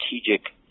strategic